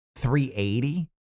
380